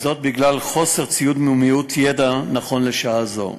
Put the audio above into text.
בגלל חוסר ציוד ומיעוט ידע נכון לשעה זו.